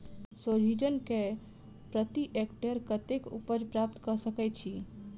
सोहिजन केँ प्रति एकड़ कतेक उपज प्राप्त कऽ सकै छी?